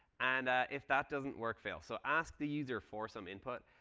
and if that doesn't work, fail. so ask the user for some input.